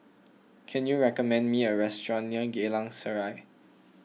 can you recommend me a restaurant near Geylang Serai